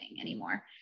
anymore